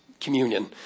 communion